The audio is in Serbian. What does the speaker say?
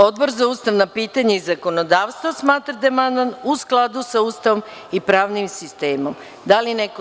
Odbor za ustavna pitanja i zakonodavstvo smatra da je amandman u skladu sa Ustavom i pravnim sistemom Republike Srbije.